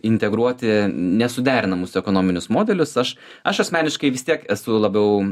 integruoti nesuderinamus ekonominius modelius aš aš asmeniškai vis tiek esu labiau